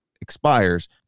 expires